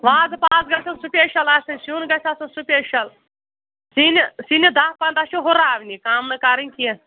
وازٕ پازٕ گژھن سُپیشَل آسٕنۍ سیُن گژھِ آسُن سُپیشَل سِنۍ سِنہِ دَہ پَنٛدہ چھِ ہُراونی کَم نہٕ کَرٕنۍ کیٚنٛہہ